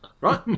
Right